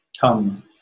come